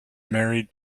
married